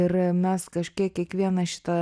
ir mes kažkiek kiekvieną šitą